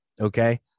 okay